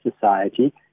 society